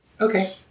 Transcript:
Okay